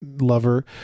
lover